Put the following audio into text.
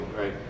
right